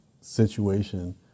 situation